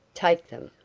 take them.